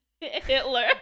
hitler